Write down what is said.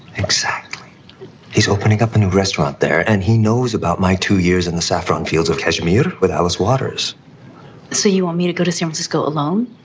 exactly he's opening up a new restaurant there. and he knows about my two years in the saffron fields of cashmere with alice waters so you want me to go to see him? just go along?